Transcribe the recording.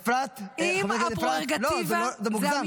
חברת הכנסת אפרת, לא, זה מוגזם.